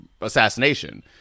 assassination